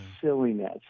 silliness